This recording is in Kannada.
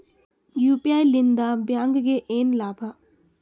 ಯು.ಪಿ.ಐ ಲಿಂದ ಬ್ಯಾಂಕ್ಗೆ ಏನ್ ಲಾಭ?